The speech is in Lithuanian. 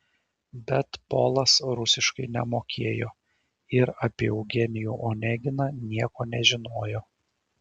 bet polas rusiškai nemokėjo ir apie eugenijų oneginą nieko nežinojo